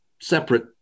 separate